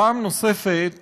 פעם נוספת